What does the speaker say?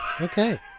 okay